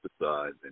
emphasizing